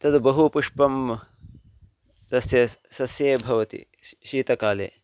तत् बहु पुष्पं तस्य सस्ये भवति शीतकाले